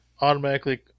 automatically